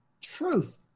truth